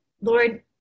Lord